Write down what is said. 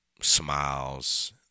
smiles